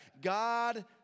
God